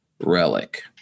Relic